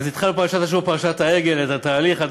אז התחלנו בפרשת השבוע, פרשת העגל, את התהליך.